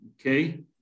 Okay